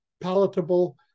palatable